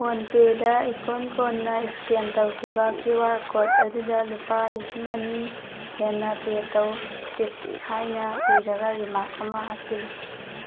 phone ꯄꯦꯗ ꯏꯀꯣꯟ ꯀꯣꯟꯅ ꯏꯁꯀꯦꯟ ꯇꯧꯈꯤꯕ ꯀ꯭ꯌꯨ ꯑꯥꯔ ꯀꯣꯗ ꯑꯗꯨꯗ ꯂꯨꯄꯥ ꯂꯤꯁꯤꯡ ꯑꯅꯤ ꯍꯦꯟꯅ ꯄꯦ ꯇꯧ ꯇꯤꯞ ꯍꯥꯏꯅ ꯏꯔꯒ ꯔꯤꯃꯥꯔꯛ ꯑꯃ ꯍꯥꯞꯆꯤꯂꯨ